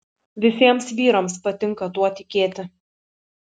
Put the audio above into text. visiems vyrams patinka tuo tikėti